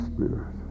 Spirit